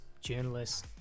journalists